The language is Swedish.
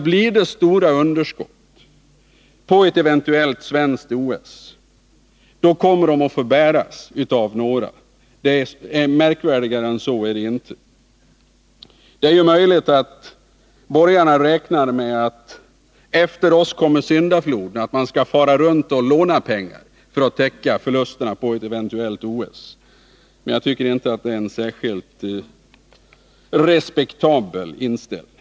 Blir det stora underskott i samband med ett eventuellt svenskt OS, kommer de att få bäras av några. Märkvärdigare än så är det inte. Det är möjligt att borgarna räknade med efter oss syndafloden — att man skall fara runt och låna pengar för att täcka förlusterna för ett eventuellt OS. Men jag tycker inte att det är en särskilt respektabel inställning.